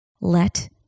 Let